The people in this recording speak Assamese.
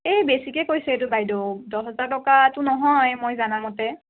এ বেছিকৈ কৈছে এইটো বাইদ' দহ হাজাৰ টকাটো নহয় মই জনা মতে